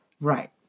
Right